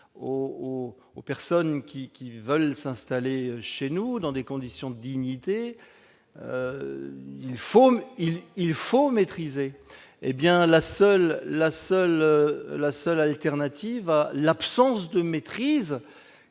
aux personnes qui veulent s'installer chez nous dans des conditions de dignité, il faut maîtriser l'immigration. Eh bien, face à l'absence de maîtrise